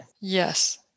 Yes